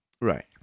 Right